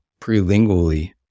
prelingually